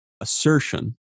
assertion